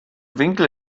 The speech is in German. winkel